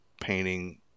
painting